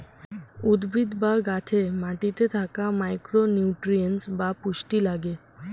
উদ্ভিদ বা গাছে মাটিতে থাকা মাইক্রো নিউট্রিয়েন্টস বা পুষ্টি লাগে